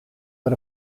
but